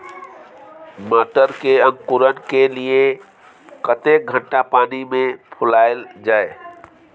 मटर के अंकुरण के लिए कतेक घंटा पानी मे फुलाईल जाय?